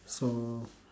so